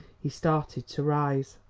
he started to rise.